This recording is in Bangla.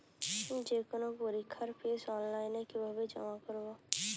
যে কোনো পরীক্ষার ফিস অনলাইনে কিভাবে জমা করব?